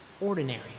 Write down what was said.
ordinary